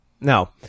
No